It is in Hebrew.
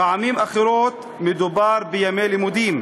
פעמים אחרות מדובר בימי לימודים,